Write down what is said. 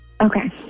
Okay